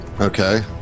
Okay